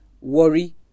Worry